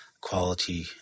quality